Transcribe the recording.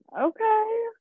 okay